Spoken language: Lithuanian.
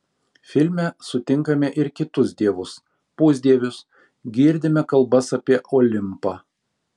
filme sutinkame ir kitus dievus pusdievius girdime kalbas apie olimpą